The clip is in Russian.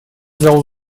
зал